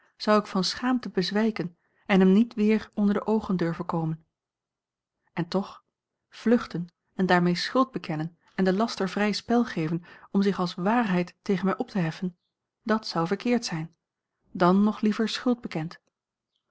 zou ik van schaamte bezwijken en hem niet weer onder de a l g bosboom-toussaint langs een omweg oogen durven komen en toch vluchten en daarmee schuld bekennen en den laster vrij spel geven om zich als waarheid tegen mij op te heffen dat zou verkeerd zijn dan nog liever schuld bekend